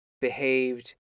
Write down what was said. behaved